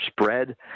spread